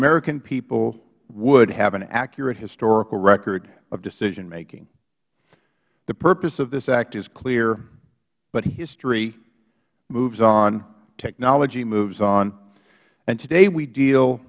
american people would have an accurate historical record of decision making the purpose of this act is clear but history moves on technology moves on and today we deal